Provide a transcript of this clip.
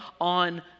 on